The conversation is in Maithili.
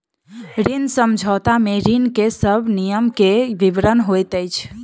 ऋण समझौता में ऋण के सब नियम के विवरण होइत अछि